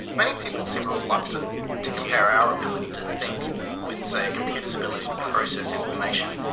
many people seem reluctant to compare our ability to think with, say, a computer's ability to process information.